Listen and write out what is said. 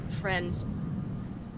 friend